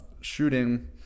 shooting